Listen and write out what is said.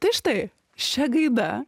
tai štai šia gaida